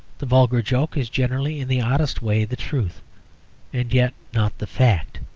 the vulgar joke is generally in the oddest way the truth and yet not the fact.